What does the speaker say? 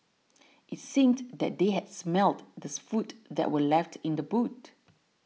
it seemed that they had smelt the food that were left in the boot